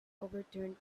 overturned